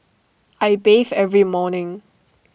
I bathe every morning